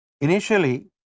Initially